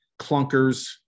clunkers